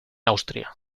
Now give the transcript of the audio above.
austria